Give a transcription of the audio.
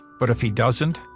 but, if he doesn't,